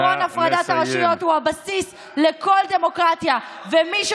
תודה רבה.